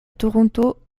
toronto